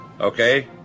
Okay